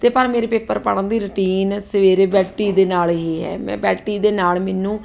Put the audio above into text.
ਅਤੇ ਪਰ ਮੇਰੇ ਪੇਪਰ ਪੜ੍ਹਨਾ ਦੀ ਰੂਟੀਨ ਸਵੇਰੇ ਬੈੱਡ ਟੀ ਦੇ ਨਾਲ ਹੀ ਮੈਂ ਬੈੱਡ ਟੀ ਦੇ ਨਾਲ ਮੈਨੂੰ